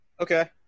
Okay